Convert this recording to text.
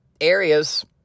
areas